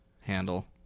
handle